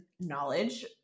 knowledge